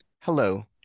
Hello